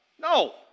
No